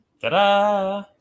Ta-da